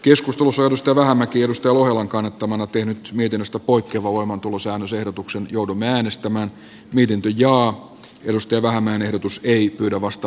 ville vähämäki on maria lohelan kannattamana tiennyt miten osto poikkevavoimaantulosäännösehdotukseen joudun äänestämään miten teijo just eväämään ehdotusta ei pyydä vasta